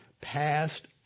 passed